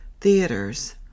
theaters